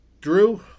Drew